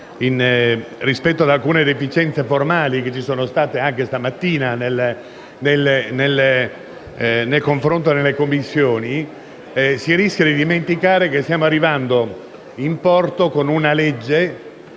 rispetto ad alcune deficienze formali che ci sono state anche stamattina nel confronto all'interno delle Commissioni, si rischia di dimenticare che stiamo arrivando in porto con una legge